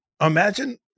Imagine